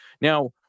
Now